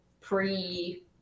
pre